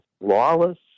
lawless